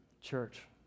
Church